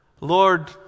Lord